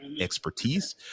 expertise